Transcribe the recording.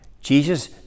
jesus